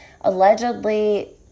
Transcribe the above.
allegedly